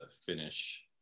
finish